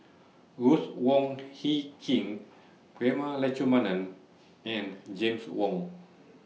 Ruth Wong Hie King Prema Letchumanan and James Wong